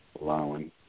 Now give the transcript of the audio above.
allowing